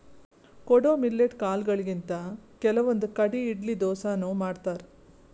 ಕೊಡೊ ಮಿಲ್ಲೆಟ್ ಕಾಲ್ಗೊಳಿಂತ್ ಕೆಲವಂದ್ ಕಡಿ ಇಡ್ಲಿ ದೋಸಾನು ಮಾಡ್ತಾರ್